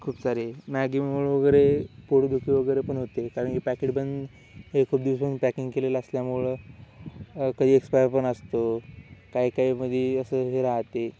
खूप सारे मॅगीमुळे वगैरे पोटदुखी वगैरे पण होते कारण क पॅकेट पण हे खूप दिवसातून पॅकिंग केलेलं असल्यामुळं कधी एक्सपायर पण असतो काही काही मध्ये असं हे राहते